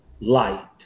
light